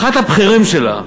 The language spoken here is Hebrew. אחת הבכירים שלה,